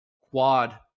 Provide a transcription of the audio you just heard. quad